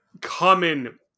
common